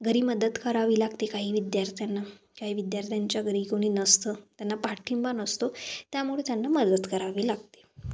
घरी मदत करावी लागते काही विद्यार्थ्यांना काही विद्यार्थ्यांच्या घरी कोणी नसतं त्यांना पाठिंबा नसतो त्यामुळं त्यांना मदत करावी लागते